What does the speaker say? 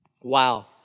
Wow